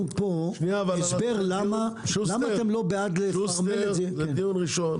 שוסטר, זה דיון ראשון.